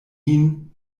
ihn